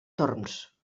torms